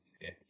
yes